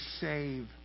save